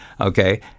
Okay